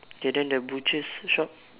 okay then the butchers shop